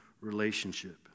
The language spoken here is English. relationship